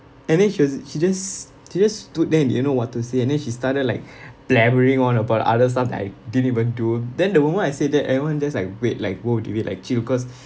and then she was she just she just stood there and didn't know what to say and then she started like blabbering on about other stuff that I didn't even do then the moment I say that everyone just like wait like !whoa! devin like chill cause